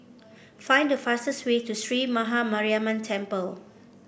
find the fastest way to Sree Maha Mariamman Temple